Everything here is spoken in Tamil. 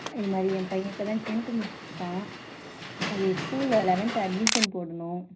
இது மாதிரி என் பையன் இப்போ தான் டென்த்து முடிச்சுருக்கான் அது ஸ்கூலில் லெவன்த்து அட்மிஷன் போடணும்